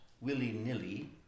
willy-nilly